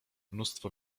mnóstwo